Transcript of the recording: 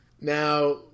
Now